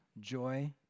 joy